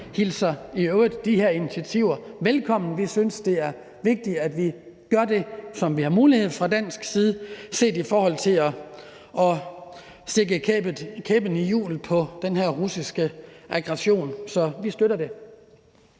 vi hilser i øvrigt de her initiativer velkommen. Vi synes, det er vigtigt, at vi gør det, som vi har mulighed for fra dansk side, set i forhold til at stikke en kæp i hjulet på den her russiske aggression. Så vi støtter det.